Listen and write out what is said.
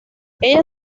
ella